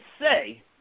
say